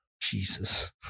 Jesus